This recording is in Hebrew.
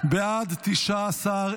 את הצעת החוק